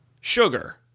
sugar